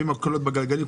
תוקעים מקלות בגלגלים,